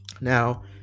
Now